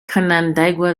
canandaigua